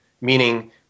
meaning